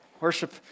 worship